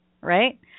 right